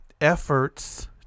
efforts